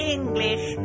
English